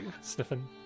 Sniffing